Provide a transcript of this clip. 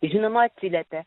žinoma atsiliepia